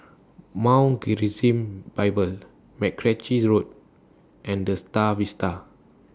Mount Gerizim Bible Mackenzie Road and The STAR Vista